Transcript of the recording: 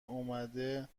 اومده